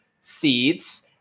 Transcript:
seeds